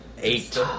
Eight